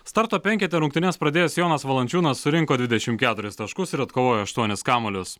starto penkete rungtynes pradėjęs jonas valančiūnas surinko dvidešimt keturis taškus ir atkovojo aštuonis kamuolius